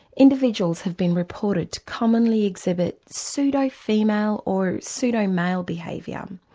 individuals have been reported to commonly exhibit sudo female or sudo male behaviour, um